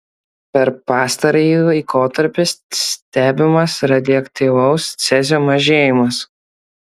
per pastarąjį laikotarpį stebimas radioaktyvaus cezio mažėjimas